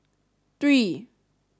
three